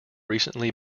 recently